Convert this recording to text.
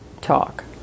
Talk